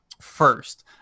first